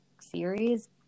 series